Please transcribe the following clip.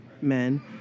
men